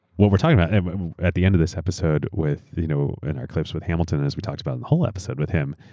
what we're talking about at the end of this episode you know in our clips with hamilton as we talked about in the whole episode with him,